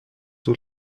طول